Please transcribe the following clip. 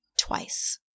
Twice